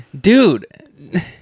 dude